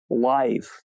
life